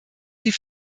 sie